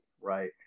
right